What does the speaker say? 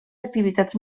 activitats